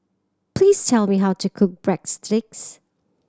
please tell me how to cook break sticks